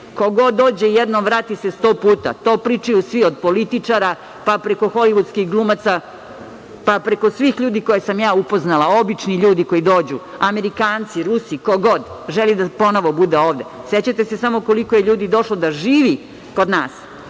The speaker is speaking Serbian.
god dođe jednom, vrati se sto puta, to pričaju svi, od političara, pa preko holivudskih glumaca, pa preko svih ljudi koje sam ja upoznala, obični ljudi koji dođu, Amerikanci, Rusi, ko god, želi da ponovo bude ovde. Sećate se samo koliko je ljudi došlo da živi kod nas,